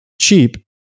cheap